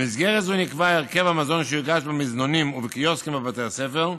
במסגרת זו נקבע הרכב המזון שיוגש במזנונים ובקיוסקים בבתי הספר.